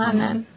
Amen